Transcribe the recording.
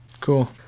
cool